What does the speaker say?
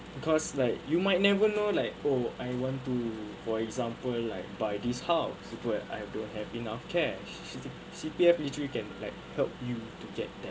because like you might never know like oh I want to for example like buy this house but I don't have enough cash C_P_F literally can like help you to get that